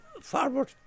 forward